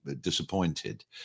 disappointed